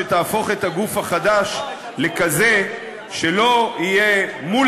שתהפוך את הגוף החדש לכזה שלא יהיה מול